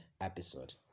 episode